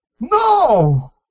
No